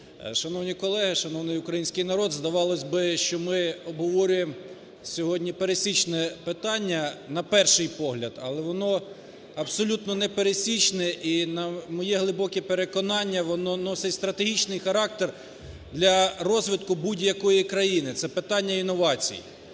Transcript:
Шановні колеги, шановний український народ, здавалось би, що ми обговорюємо сьогодні пересічне питання, на перший погляд, але воно абсолютно не пересічне, і на моє глибоке переконання, воно носить стратегічний характер для розвитку будь-якої країни. Це питання інновацій.